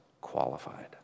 qualified